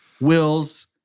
Wills